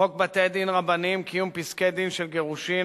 חוק בתי-דין רבניים (קיום פסקי-דין של גירושין),